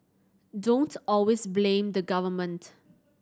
don't always blame the government